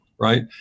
right